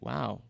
Wow